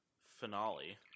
finale